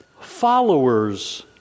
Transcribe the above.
followers